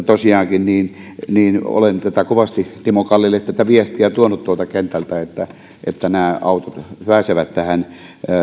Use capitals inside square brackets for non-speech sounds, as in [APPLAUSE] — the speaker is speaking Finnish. [UNINTELLIGIBLE] tosiaankin olen tätä viestiä kovasti timo kallille tuonut tuolta kentältä että että nämä autot pääsevät tähän